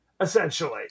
essentially